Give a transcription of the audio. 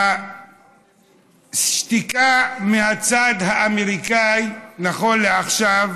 השתיקה מהצד האמריקני, נכון לעכשיו,